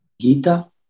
Gita